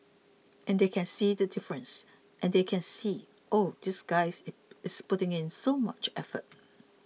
and they can see the difference and they can see oh this guys is putting in so much effort